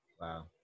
Wow